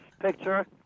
picture